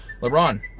LeBron